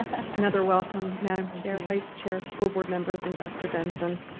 yeah another welcome madam chair, vice chair, school board members, and dr. benson.